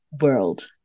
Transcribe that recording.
world